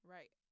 Right